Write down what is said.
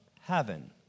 heaven